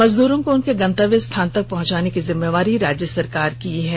मजदूरों को उनके गंतव्य स्थान तक पहुंचाने की जिम्मेवारी राज्य सरकार की है